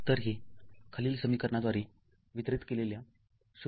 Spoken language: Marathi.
तरहे खालील समीकरणाद्वारे वितरीत केलेल्या 0